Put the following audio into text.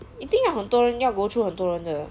一定要很多人要 go through 很多人的